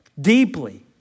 deeply